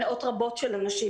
במאות רבות של אנשים,